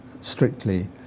strictly